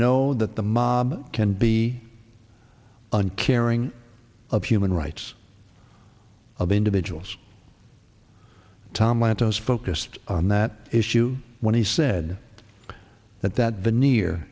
know that the mob can be uncaring of human rights of individuals tom lantos focused on that issue when he said that that the new year